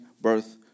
birth